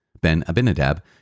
Ben-Abinadab